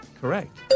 Correct